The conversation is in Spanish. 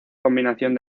combinación